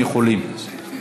יכולים.